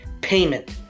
payment